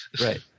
Right